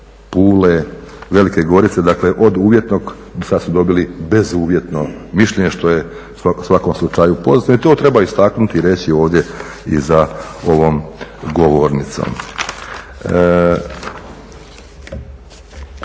Pule, Velike Gorice, dakle od uvjetnog sada su dobili bezuvjetno mišljenje što je u svakom slučaju pozitivno i to treba istaknuti i reći ovdje i za ovom govornicom.